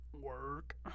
Work